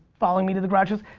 following me to the garages.